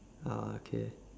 ah okay